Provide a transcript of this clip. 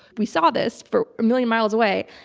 we saw this from a million miles away.